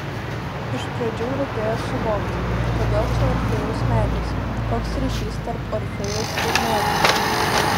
iš pradžių rūpėjo suvokti kodėl čia orfėjaus medis koks ryšys tarp orfėjaus ir medžio